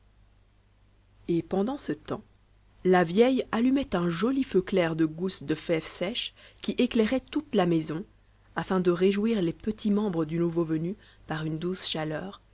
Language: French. et pendant ce temps la vieille auumait un joli feu c air do gousses de fèves sèches qui éclairaient toute la maison afin de réjouir les petits membres du nouveau venu par une douce chaleur